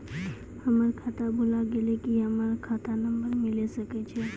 हमर खाता भुला गेलै, की हमर खाता नंबर मिले सकय छै?